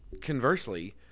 conversely